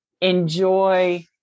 enjoy